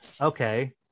Okay